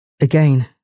Again